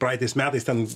praeitais metais ten